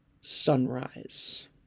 sunrise